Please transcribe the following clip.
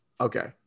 Okay